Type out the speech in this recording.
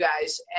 guys